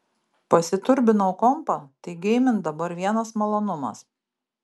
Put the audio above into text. pasiturbinau kompą tai geimint dabar vienas malonumas